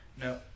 No